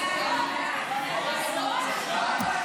תנועת יש עתיד,